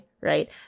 right